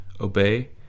obey